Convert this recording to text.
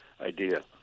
idea